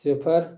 صِفَر